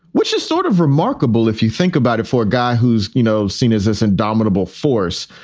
which is sort of remarkable, if you think about it, for a guy who's, you know, seen as this indomitable force,